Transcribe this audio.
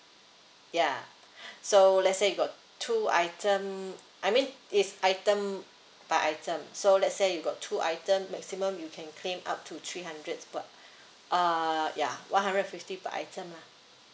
yeah so let's say you got two item I mean it's item by item so let's say you got two item maximum you can claim up to three hundreds per err yeah one hundred fifty per item lah